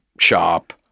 shop